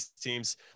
teams